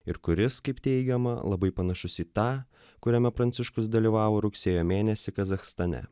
ir kuris kaip teigiama labai panašus į tą kuriame pranciškus dalyvavo rugsėjo mėnesį kazachstane